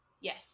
Yes